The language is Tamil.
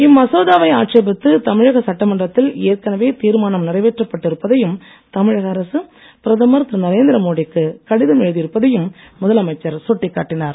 இம் மசோதாவை சட்டமன்றத்தில் ஏற்கனவே தீர்மானம் நிறைவேற்றப்பட்டு இருப்பதையும் தமிழக அரசு பிரதமர் திரு நரேந்திர மோடிக்கு கடிதம் எழுதி இருப்பதையும் முதலமைச்சர் சுட்டிக்காட்டினார்